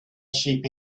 sheep